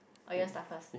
or you want start first